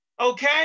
Okay